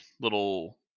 little